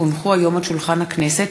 כי הונחו היום על שולחן הכנסת,